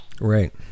Right